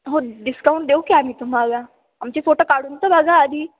हो डिस्काउंट देऊ की आम्ही तुम्हाला आमचे फोटो काढून तर बघा आधी